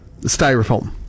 styrofoam